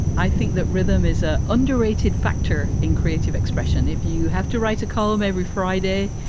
i think that rhythm is a underrated factor in creative expression if you have to write a column every friday.